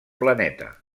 planeta